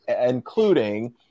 including